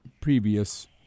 previous